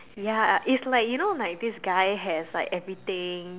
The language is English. ya it's like you know like this guy has like everything